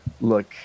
look